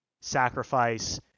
sacrifice